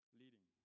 leading